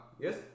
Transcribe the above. Yes